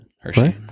Hershey